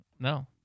No